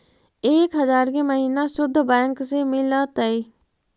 एक हजार के महिना शुद्ध बैंक से मिल तय?